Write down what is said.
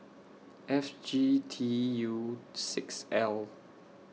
F G T U six L